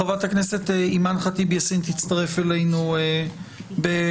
חברת הכנסת אימאן ח'טיב יאסין תצטרף אלינו בהמשך.